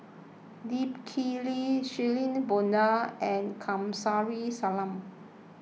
Lee Kip Lee Shirin Fozdar and Kamsari Salam